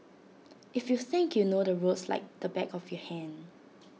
if you think you know the roads like the back of your hand